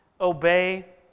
obey